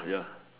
ya